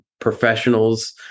professionals